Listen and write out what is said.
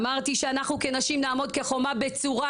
אמרתי שאנחנו כנשים נעמוד כחומה בצורה,